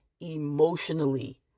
emotionally